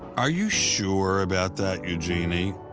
are you sure about that, eugenie?